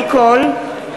(קוראת בשמות חברי הכנסת)